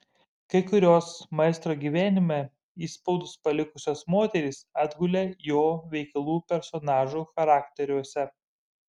kai kurios maestro gyvenime įspaudus palikusios moterys atgulė jo veikalų personažų charakteriuose